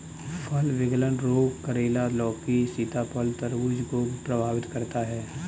फल विगलन रोग करेला, लौकी, सीताफल, तरबूज को प्रभावित करता है